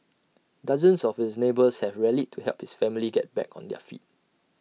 dozens of his neighbours have rallied to help his family get back on their feet